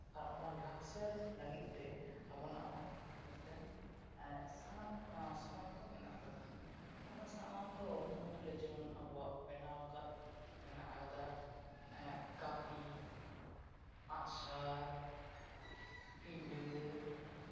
ᱟᱨ ᱚᱱᱟ ᱞᱟᱠᱪᱟᱨ ᱞᱟᱹᱜᱤᱫ ᱛᱮ ᱟᱵᱚᱱᱟᱜ ᱦᱚᱸ ᱢᱤᱫᱴᱟᱱ ᱥᱟᱱᱟᱢ ᱥᱟᱢᱟᱱ ᱠᱚ ᱢᱮᱱᱟᱜ ᱠᱟᱫᱟ ᱚᱱᱟ ᱥᱟᱢᱟᱱ ᱠᱚ ᱢᱩᱫᱽᱨᱮ ᱡᱮᱢᱚᱱ ᱟᱵᱚᱣᱟᱜ ᱵᱮᱱᱟᱣ ᱟᱠᱟᱫ ᱢᱮᱱᱟᱜ ᱠᱟᱫᱟ ᱠᱟᱹᱯᱤ ᱟᱜᱼᱥᱟᱨ ᱯᱤᱰᱟᱹ